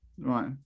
Right